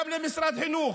גם למשרד החינוך,